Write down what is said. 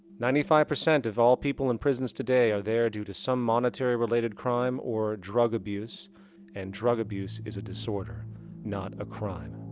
ninety five percent of all people in prisons today are there due to some monetary related crime or drug abuse and drug abuse is a disorder not a crime.